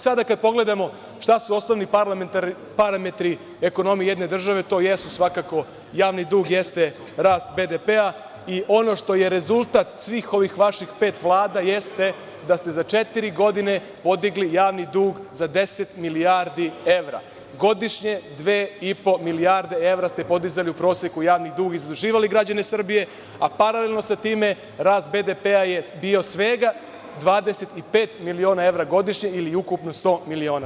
Sada kada pogledamo šta su osnovni, parametri ekonomije jedne države, to jesu svakako javni dug, jeste rast BDP i ono što je rezultat svih ovih vaših pet vlada jeste da ste za četiri godine podigli javni dug za 10 milijardi evra, godišnje 2,5 milijarde evra ste podizali u proseku javni dug i zaduživali građane Srbije, a paralelno sa time rast BDP je bio svega 25 miliona evra godišnje ili ukupno 100 miliona.